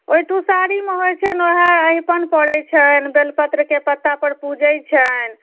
ओहि तुसारीमे होइत छनि ओहए अइपन पड़ैत छनि बेलपत्रके पत्ता पर पूजैत छनि